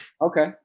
okay